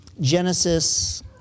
Genesis